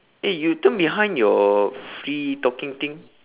eh you turn behind your free talking thing